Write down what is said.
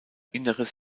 inneres